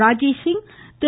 Rajesh Singh Thiru